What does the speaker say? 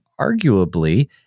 arguably